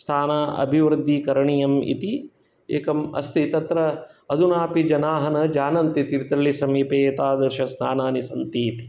स्थान अभिवृद्धिकरणीयम् इति एकम् अस्ति तत्र अधुना अपि जनाः न जानन्ति तीर्थहल्लि समीपे एतादृश स्थानानि सन्ति इति